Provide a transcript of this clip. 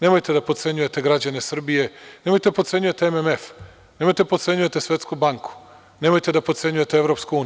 Nemojte da potcenjujete građane Srbije, nemojte da potcenjujete MMF, nemojte da potcenjujete Svetsku banku, nemojte da potcenjujete EU.